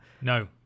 No